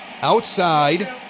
Outside